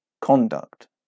conduct